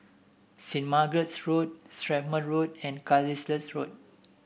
Saint Margaret's Road Strathmore Road and Carlisle Road